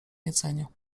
jedzeniu